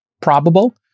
probable